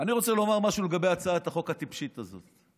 אני רוצה לומר משהו לגבי הצעת החוק הטיפשית הזאת.